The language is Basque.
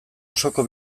osoko